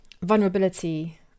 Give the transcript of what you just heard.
vulnerability